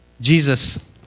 Jesus